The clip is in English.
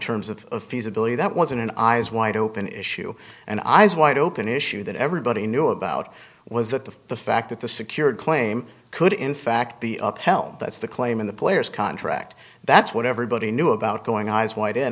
terms of feasibility that wasn't in eyes wide open issue and i was wide open issue that everybody knew about was that the the fact that the secured claim could in fact be up hell that's the claim in the player's contract that's what everybody knew about going eyes wide in